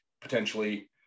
potentially